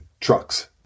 trucks